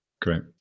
Great